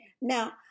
Now